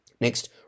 next